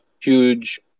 huge